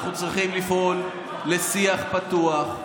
אנחנו צריכים לפעול לשיח פתוח.